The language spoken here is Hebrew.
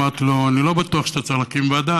אמרתי לו: אני לא בטוח שאתה צריך להקים ועדה.